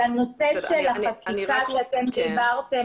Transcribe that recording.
לנושא של החקיקה עליה דיברתם,